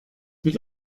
mit